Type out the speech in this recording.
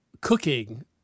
cooking